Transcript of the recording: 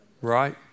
Right